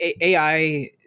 AI